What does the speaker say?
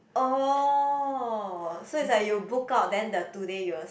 oh so it's like you book out then the two day you will